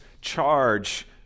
charge